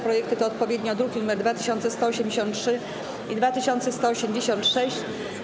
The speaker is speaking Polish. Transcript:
Projekty te to odpowiednio druki nr 2183 i 2186.